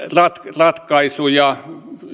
ratkaisuja